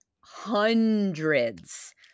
hundreds